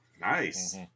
nice